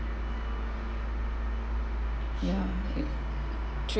ya